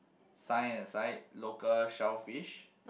sign at the side local shellfish